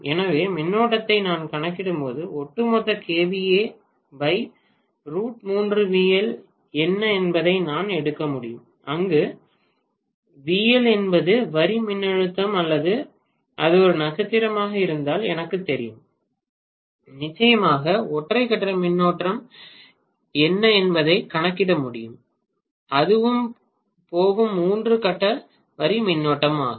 எனவே மின்னோட்டத்தை நான் கணக்கிடும்போது ஒட்டுமொத்த என்ன என்பதை நான் எடுக்க முடியும் அங்கு விஎல் என்பது வரி மின்னழுத்தம் அல்லது அது ஒரு நட்சத்திரமாக இருந்தால் எனக்குத் தெரியும் நிச்சயமாக ஒற்றை கட்ட மின்னோட்டம் என்ன என்பதைக் கணக்கிட முடியும் அதுவும் போகும் மூன்று கட்ட வரி மின்னோட்டமும்